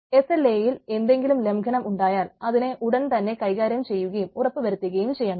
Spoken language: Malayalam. എസ് എൽ എയിൽ എന്തെങ്കിലും ലംഘനം ഉണ്ടായാൽ അതിനെ ഉടൻ തന്നെ കൈകാര്യം ചെയ്യുകയും ഉറപ്പുവരുത്തുകയും ചെയ്യണം